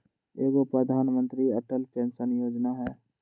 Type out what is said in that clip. एगो प्रधानमंत्री अटल पेंसन योजना है?